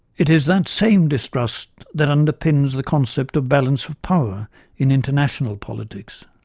it is that same distrust that underpins the concept of balance of power in international politics.